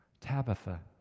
Tabitha